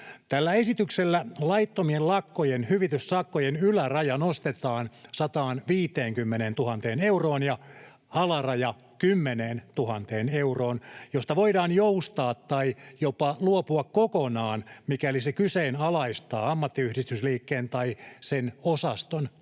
Tällä esityksellä laittomien lakkojen hyvityssakkojen yläraja nostetaan 150 000 euroon ja alaraja 10 000 euroon, josta voidaan joustaa tai jopa luopua kokonaan, mikäli se kyseenalaistaa ammattiyhdistysliikkeen tai sen osaston